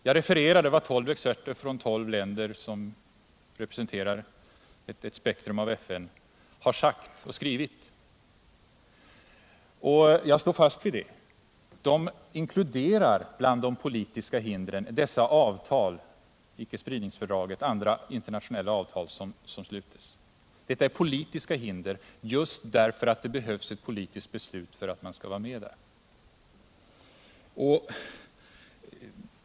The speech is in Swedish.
Jag refererade vad tolv experter från tolv länder som representerar ett spektrum av FN har skrivit. Jag står fast vid det. De inkluderar bland de politiska hindren icke-spridningsfördraget och andra internationella avtal som sluts. Detta är politiska hinder, just därför att det behövs ett politiskt beslut för att vara med om dem.